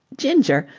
ginger,